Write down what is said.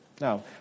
Now